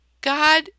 God